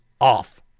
off